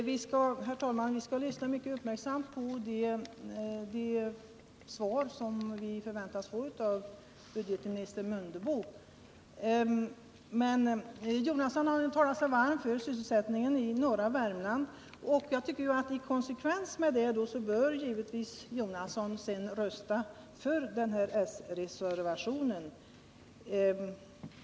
Herr talman! Vi skall lyssna mycket uppmärksamt på det svar som vi förväntar oss att få av budgetminister Mundebo. Bertil Jonasson talar sig varm för sysselsättningen i norra Värmland. I konsekvens med det bör givetvis Bertil Jonasson sedan rösta för sreservationen.